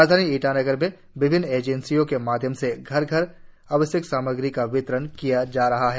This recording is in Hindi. राजधानी ईटानगर में विभिन्न एजेंसियों के माध्यम से घर घर आवश्यक सामग्री का वितरण किया जा रहा है